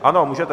Ano, můžete.